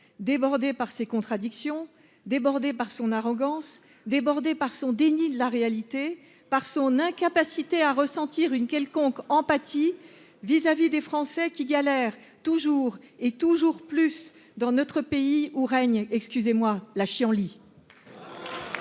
débordé par ses contradictions débordé par son arrogance débordé par son déni de la réalité par son incapacité à ressentir une quelconque empathie vis-à-vis des Français qui galèrent toujours et toujours plus dans notre pays où règne excusez-moi la chienlit.